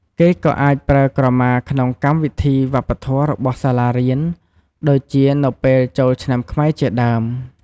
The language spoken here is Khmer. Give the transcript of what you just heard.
គេក៏អាចប្រើក្រមាក្នុងកម្មវិធីវប្បធម៌របស់សាលារៀន ដូចជានៅពេលចូលឆ្នាំខ្មែរជាដើម។